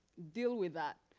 deal with that?